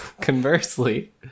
conversely